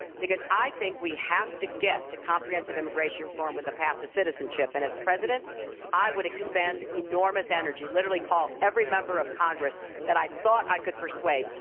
because i think we have to get to comprehensive immigration reform with a path to citizenship. and as president i would expand enormous energy, literally call every member of congress that i thought i could persuade.